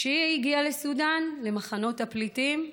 כשהיא הגיעה לסודן, למחנות הפליטים,